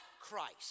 Christ